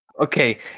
Okay